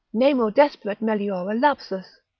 nemo desperet meliora lapsus,